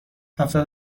هفتاد